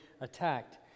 attacked